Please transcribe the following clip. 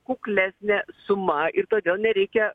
kuklesnė suma ir todėl nereikia